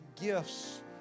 gifts